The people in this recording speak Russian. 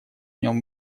нем